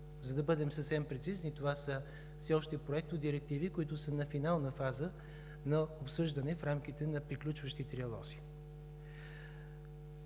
За да бъдем съвсем прецизни, това са все още проектодирективи, които са на финална фаза на обсъждане в рамките на приключващи триалози.